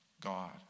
God